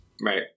right